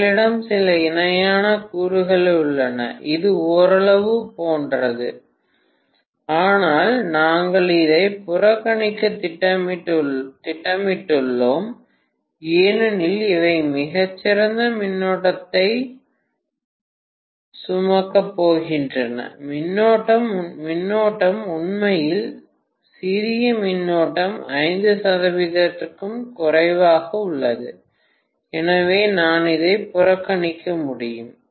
எங்களிடம் சில இணையான கூறுகள் உள்ளன இது ஓரளவு போன்றது ஆனால் நாங்கள் இதை புறக்கணிக்க திட்டமிட்டுள்ளோம் ஏனெனில் இவை மிகச் சிறிய மின்னோட்டத்தை சுமக்கப் போகின்றன மின்னோட்டம் உண்மையில் சிறிய மின்னோட்டம் 5 சதவிகிதத்திற்கும் குறைவாக உள்ளது எனவே நான் அதை புறக்கணிக்க முடியும்